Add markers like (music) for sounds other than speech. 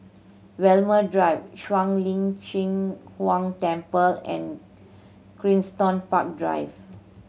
Walmer Drive Shuang Lin Cheng Huang Temple and (unintelligible) Park Drive